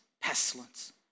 pestilence